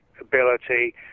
ability